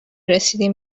رسیدیم